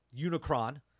Unicron